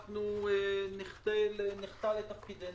אנחנו נחטא לתפקידנו.